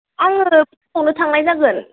आङो फुङावनो थांनाय जागोन